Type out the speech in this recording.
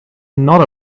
not